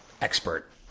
expert